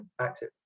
Active